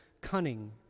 cunning